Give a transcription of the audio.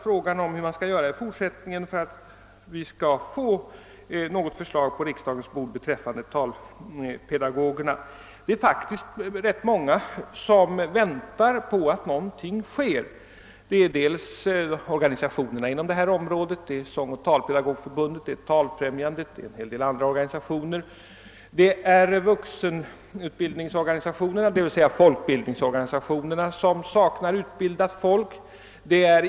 Frågan är hur man skall göra i fortsättningen för alt vi skall få något förslag på riksdagens bord beträffande talpedagogerna, Det är faktiskt rätt många som väntar på att någonting skäll hända. Det är organisationerna inom detta område, Svenska sångoch talpedagogförbundet, Talfrämjandet och en del andra organisationer. Dessutom är det vuxenutbildningsorganisationerna, d.v.s. folkbildningsorganisationerna, som saknar utbildat folk.